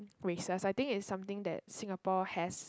races I think it's something that Singapore has